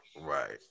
Right